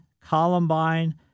columbine